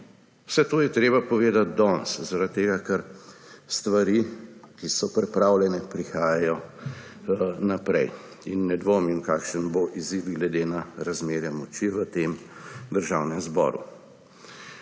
Vse to je treba povedati danes, zaradi tega ker stvari, ki so pripravljene, prihajajo naprej. Ne dvomim, kakšen bo izid glede na razmerje moči v tem državnem zboru.